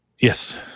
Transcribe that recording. Yes